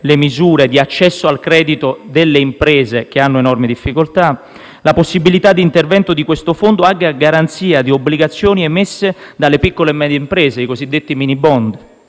le misure di accesso al credito delle imprese, che hanno enormi difficoltà; la possibilità di intervento di questo fondo anche a garanzia di obbligazioni emesse dalle piccole e medie imprese (i cosiddetti minibond),